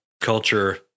culture